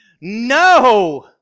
No